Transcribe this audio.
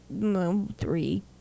three